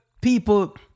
people